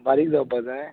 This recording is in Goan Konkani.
बारीक जावपा जाय